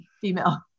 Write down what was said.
female